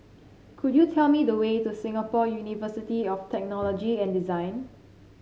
could you tell me the way to Singapore University of Technology and Design